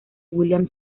william